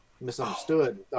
misunderstood